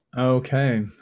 Okay